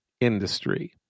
industry